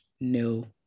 no